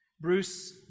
Bruce